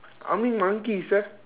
ah ming monkey sir